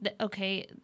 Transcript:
okay